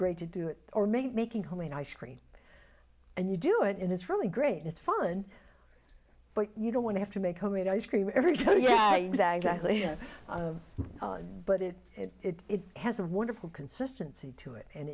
great to do it or maybe making homemade ice cream and you do it and it's really great and it's fun but you don't want to have to make homemade ice cream every show you exactly but it it has a wonderful consistency to it and